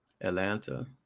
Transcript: Atlanta